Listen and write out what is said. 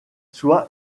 soit